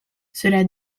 cela